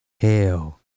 hell